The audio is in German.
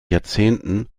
jahrzehnten